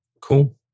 cool